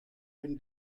been